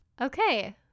Okay